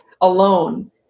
alone